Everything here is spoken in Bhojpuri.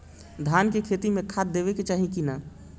धान के खेती मे खाद देवे के चाही कि ना?